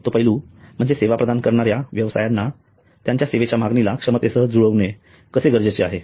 तो पैलू म्हणजे सेवा प्रदान करणाऱ्या व्यवसायांना त्यांच्या सेवांच्या मागणीला क्षमतेसह जुळवणे कसे गरजेचे आहे